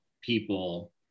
people